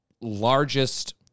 largest